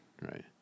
right